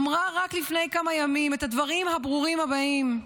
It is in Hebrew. אמרה רק לפני כמה ימים את הדברים הברורים הבאים: